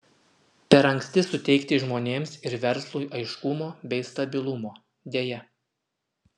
per anksti suteikti žmonėms ir verslui aiškumo bei stabilumo deja